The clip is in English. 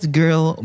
girl